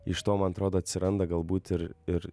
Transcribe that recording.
iš to man atrodo atsiranda galbūt ir ir